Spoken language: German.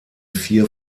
vier